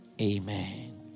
Amen